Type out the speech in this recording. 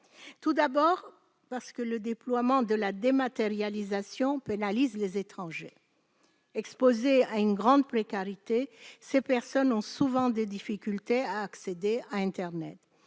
Tout d'abord, le déploiement de la dématérialisation pénalise les étrangers. Exposées à une grande précarité, ces personnes ont souvent des difficultés pour accéder à internet.